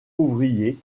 ouvrier